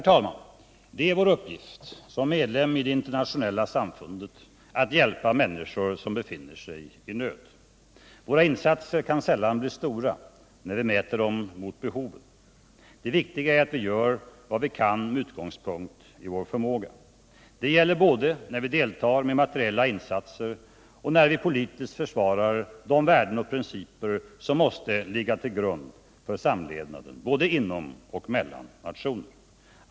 Det är vår uppgift som medlem i det internationella samfundet att hjälpa människor som befinner sig i nöd. Våra insatser kan sällan bli stora när vi mäter dem mot behoven. Det viktiga är att vi gör vad vi kan med utgångspunkt i vår förmåga. Detta gäller både när vi deltar med materiella insatser och när vi politiskt försvarar de värden och principer som måste ligga till grund för samlevnaden, både inom och mellan nationerna.